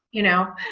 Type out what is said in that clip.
you know